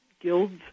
guilds